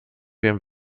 ihrem